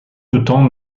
autant